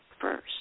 first